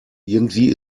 irgendwie